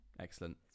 Excellent